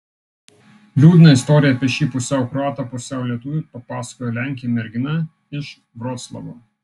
liūdną istoriją apie šį pusiau kroatą pusiau lietuvį papasakojo lenkė mergina iš vroclavo